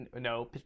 No